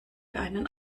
einen